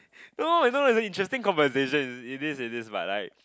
no it's not it just conversation it is it is by right